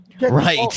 Right